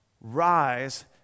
rise